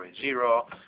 Zero